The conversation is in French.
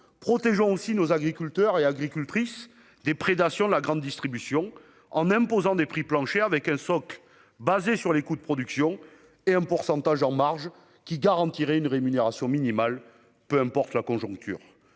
protégeons aussi nos agriculteurs et agricultrices des prédations de la grande distribution en imposant des prix planchers, avec un socle basé sur les coûts de production et un pourcentage en marge qui garantirait une rémunération minimale, quelle que soit la conjoncture.